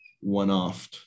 one-off